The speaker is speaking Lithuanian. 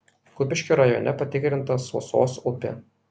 kupiškio rajone patikrinta suosos upė